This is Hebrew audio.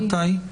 מתי?